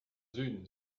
une